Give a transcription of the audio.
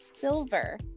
Silver